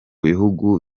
bihugu